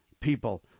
people